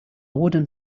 wooden